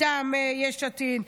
מטעם יש עתיד,